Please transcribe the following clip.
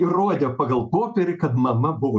įrodę pagal popierį kad mama buvo